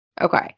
Okay